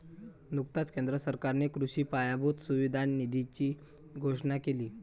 नुकताच केंद्र सरकारने कृषी पायाभूत सुविधा निधीची घोषणा केली